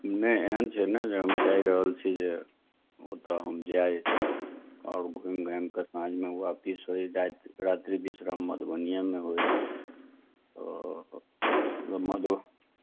नहि एहन छै ने जे हम चाहि रहल छी जे ओतऽ हम जाइ आओर घूम घामिके साँझमे आपिस होइ राति रात्रि विश्राम मधुबनीएमे होय तऽ ओ एगो मधु